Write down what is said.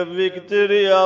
victory